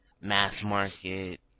mass-market